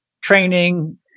training